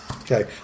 Okay